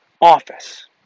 office